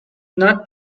not